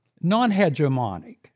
non-hegemonic